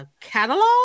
catalog